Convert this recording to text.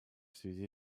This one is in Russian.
связи